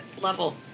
level